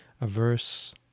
averse